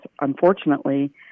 unfortunately